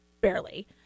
barely